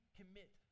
commit